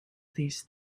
these